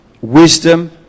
wisdom